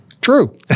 True